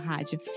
Rádio